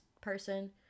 person